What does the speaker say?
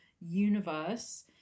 universe